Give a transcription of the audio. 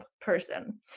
person